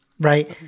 Right